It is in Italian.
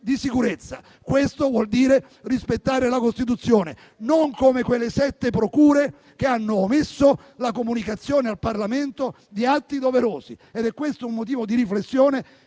di sicurezza. Questo vuol dire rispettare la Costituzione, non come quelle sette procure che hanno omesso la comunicazione al Parlamento di atti doverosi ed è questo un motivo di riflessione